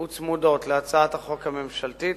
וצמודות להצעת החוק הממשלתית,